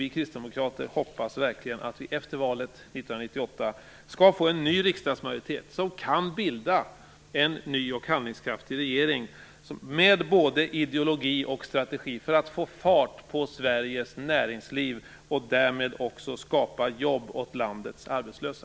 Vi kristdemokrater hoppas verkligen att vi efter valet 1998 skall få en ny riksdagsmajoritet som kan bilda en ny och handlingskraftig regering med både ideologi och strategi för att få fart på Sveriges näringsliv, och därmed också skapa jobb åt landets arbetslösa.